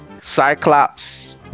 Cyclops